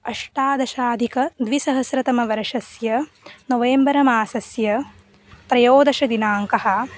अष्टादशाधिक द्विसहस्रतमवर्षस्य नवेम्बरमासस्य त्रयोदशदिनाङ्कः